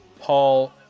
Paul